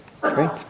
Great